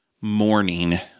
Morning